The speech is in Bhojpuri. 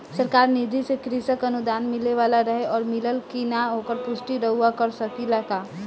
सरकार निधि से कृषक अनुदान मिले वाला रहे और मिलल कि ना ओकर पुष्टि रउवा कर सकी ला का?